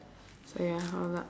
so ya